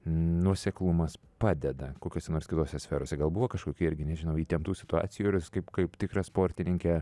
nuoseklumas padeda kokiose nors kitose sferose gal buvo kažkokių irgi nežinau įtemptų situacijų ir jūs kaip kaip tikra sportininkė